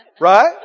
Right